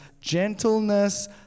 gentleness